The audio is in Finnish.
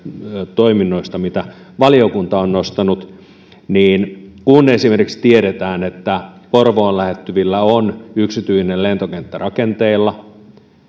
toiminnoista mitä valiokunta on nostanut ja kun esimerkiksi tiedetään että porvoon lähettyvillä on yksityinen lentokenttä rakenteilla